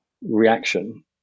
reaction